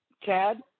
Chad